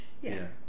yes